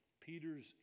Peter's